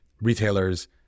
retailers